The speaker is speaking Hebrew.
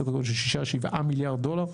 סדר גודל של 6-7 מיליארד דולר.